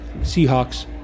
Seahawks